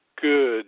Good